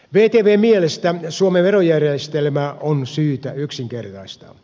vtvn mielestä suomen verojärjestelmää on syytä yksinkertaistaa